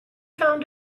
found